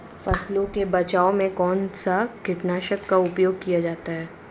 फसलों के बचाव में कौनसा कीटनाशक का उपयोग किया जाता है?